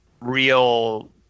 real